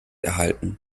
erhalten